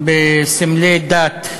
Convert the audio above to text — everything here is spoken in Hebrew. בסמלי דת,